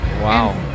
Wow